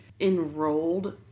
enrolled